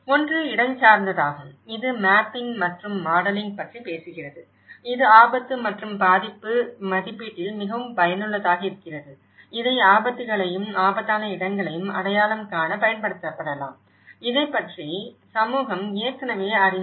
ஒன்று இடஞ்சார்ந்ததாகும் இது மேப்பிங் மற்றும் மாடலிங் பற்றி பேசுகிறது இது ஆபத்து மற்றும் பாதிப்பு மதிப்பீட்டில் மிகவும் பயனுள்ளதாக இருக்கிறது இதை ஆபத்துகளையும் ஆபத்தான இடங்களையும் அடையாளம் காண பயன்படுத்தப்படலாம் இதைப் பற்றி சமூகம் ஏற்கனவே அறிந்த